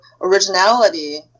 originality